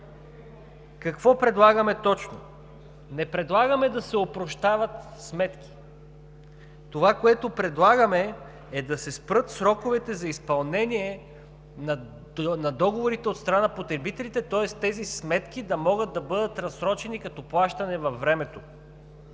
Какво предлагаме точно? Не предлагаме да се опрощават сметки. Това, което предлагаме, е да се спрат сроковете за изпълнение на договорите от страната на потребителите – тоест тези сметки да могат да бъдат разсрочени като плащане във времето.